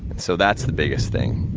so, that's the biggest thing.